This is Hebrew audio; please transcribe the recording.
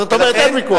זאת אומרת, אין ויכוח.